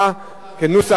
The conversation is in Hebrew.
כנוסח הוועדה.